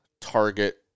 target